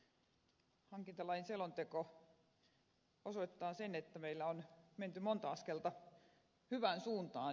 hankintalain selonteko osoittaa sen että meillä on menty monta askelta hyvään suuntaan